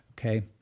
Okay